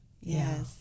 Yes